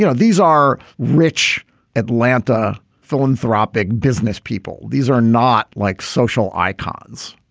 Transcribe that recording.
you know these are rich atlanta philanthropic business people. these are not like social icons.